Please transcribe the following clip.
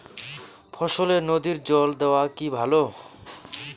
ফসলে নদীর জল দেওয়া কি ভাল?